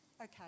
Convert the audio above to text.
Okay